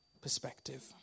perspective